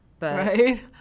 Right